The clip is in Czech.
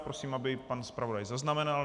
Prosím, aby pan zpravodaj zaznamenal.